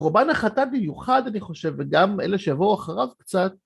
קרבן החטאת מיוחד, אני חושב, וגם אלה שיבואו אחריו קצת.